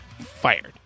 fired